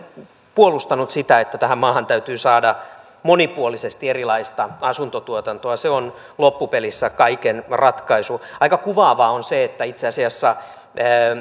puolustanut sitä että tähän maahan täytyy saada monipuolisesti erilaista asuntotuotantoa se on loppupelissä kaiken ratkaisu aika kuvaavaa on se että itse asiassa